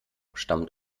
stammt